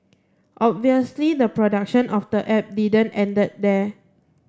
obviously the production of the app didn't end there